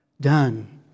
done